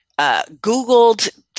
Googled